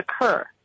occur